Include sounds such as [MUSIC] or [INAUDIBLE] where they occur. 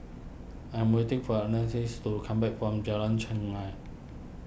I'm waiting for [UNINTELLIGIBLE] to come back from Jalan Chengam